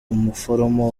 umuforomo